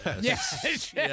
Yes